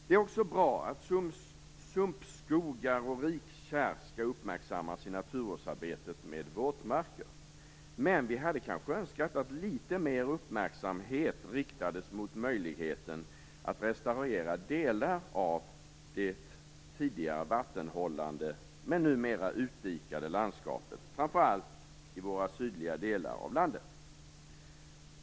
Det är också bra att sumpskogar och rikkärr skall uppmärksammas i naturvårdsarbetet med våtmarker. Men vi hade kanske önskat att litet mer uppmärksamhet riktades mot möjligheten att restaurera delar av det tidigare vattenhållande numera utdikade landskapet, framför allt i de sydliga delarna av landet.